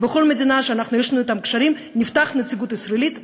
בכל מדינה שיש לנו אתה קשרים נפתח נציגות ישראלית,